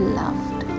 loved